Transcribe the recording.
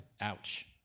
Ouch